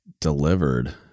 delivered